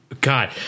God